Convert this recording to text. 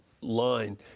line